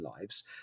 lives